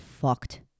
fucked